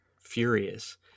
furious